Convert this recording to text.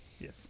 yes